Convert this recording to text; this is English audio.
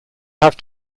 have